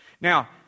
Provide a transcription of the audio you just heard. Now